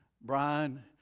Brian